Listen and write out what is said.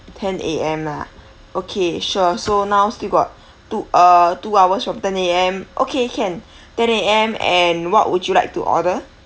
ten A_M lah okay sure so now still got two uh two hours from ten A_M okay can ten A_M and what would you like to order